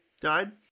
died